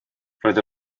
roedd